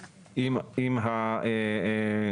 תודה, אדוני היושב ראש.